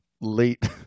late